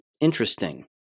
interesting